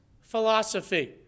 philosophy